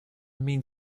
mean